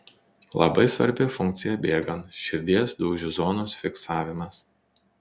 labai svarbi funkcija bėgant širdies dūžių zonos fiksavimas